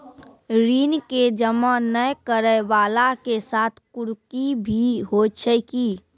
ऋण के जमा नै करैय वाला के साथ कुर्की भी होय छै कि?